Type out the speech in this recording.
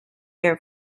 air